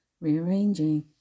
rearranging